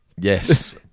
Yes